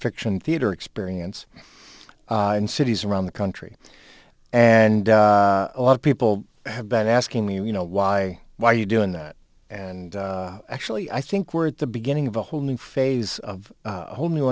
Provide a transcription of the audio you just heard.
fiction theater experience in cities around the country and a lot of people have been asking me you know why why are you doing that and actually i think we're at the beginning of a whole new phase of a whole